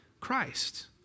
Christ